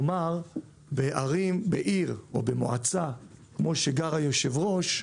בעיר או במועצה שגר בה היושב-ראש,